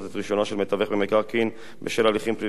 מתווך במקרקעין בשל הליכים פליליים או משמעתיים,